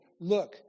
Look